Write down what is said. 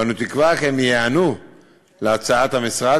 ואנו תקווה כי הם ייענו להצעת המשרד